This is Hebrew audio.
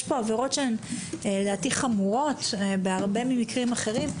יש פה עבירות שלדעתי חמורות בהרבה ממקרים אחרים.